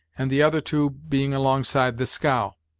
and the other two being alongside the scow.